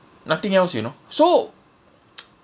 nothing else you know so